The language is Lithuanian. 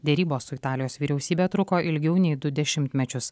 derybos su italijos vyriausybe truko ilgiau nei du dešimtmečius